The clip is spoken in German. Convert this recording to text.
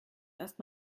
erst